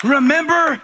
Remember